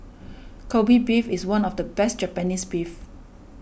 Kobe Beef is one of the best Japanese beef